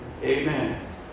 amen